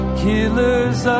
killers